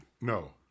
no